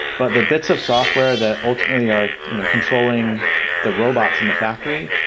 but the bits of software that ultimately are you know controlling the robots in the factory,